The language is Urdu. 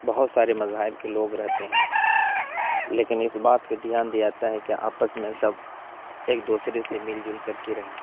بہت سارے مذاہب کے لوگ رہتے ہیں لیکن اس بات پہ دھیان دیا جاتا ہے کہ آپس میں سب ایک دوسرے سے مل جل کر کے رہیں